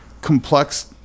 complex